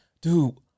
Dude